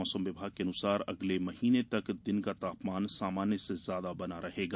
मौसम विभाग के अनुसार अगले महीने तक दिन का तापमान सामान्य से ज्यादा बना रहेगा